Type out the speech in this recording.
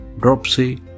dropsy